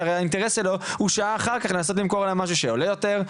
שהרי האינטרס שלו הוא שעה אחר כך לנסות למכור להם משהו שעולה יותר,